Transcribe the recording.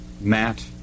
Matt